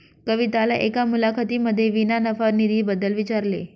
कविताला एका मुलाखतीमध्ये विना नफा निधी बद्दल विचारले